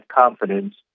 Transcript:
confidence